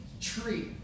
tree